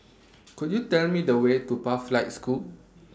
Could YOU Tell Me The Way to Pathlight School